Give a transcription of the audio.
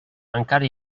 encara